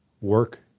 work